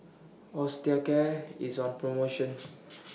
Osteocare IS on promotion